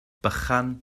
bychan